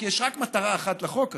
כי יש רק מטרה אחת לחוק הזה.